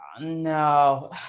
no